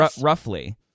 roughly